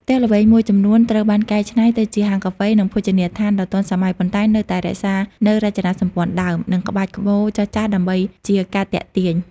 ផ្ទះល្វែងមួយចំនួនត្រូវបានកែច្នៃទៅជាហាងកាហ្វេ និងភោជនីយដ្ឋានដ៏ទាន់សម័យ ប៉ុន្តែនៅតែរក្សានូវរចនាសម្ព័ន្ធដើម និងក្បាច់ក្បូរចាស់ៗដើម្បីជាការទាក់ទាញ។